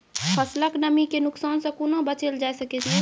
फसलक नमी के नुकसान सॅ कुना बचैल जाय सकै ये?